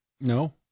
No